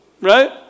right